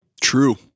True